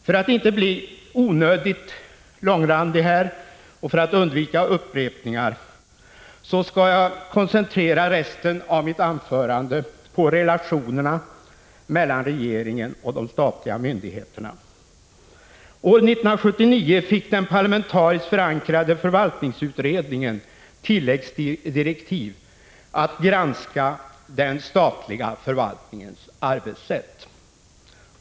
För att inte bli onödigt långrandig och för att undvika upprepningar skall jag koncentrera resten av mitt anförande på relationerna mellan regeringen och de statliga myndigheterna. År 1979 fick den parlamentariskt förankrade förvaltningsutredningen tilläggsdirektiv att granska den statliga förvaltningens arbetssätt.